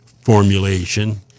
formulation